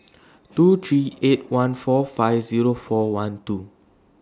two three eight one four five Zero four one two